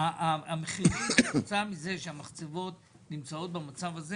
כתוצאה מזה שהמחצבות נמצאות במצב הזה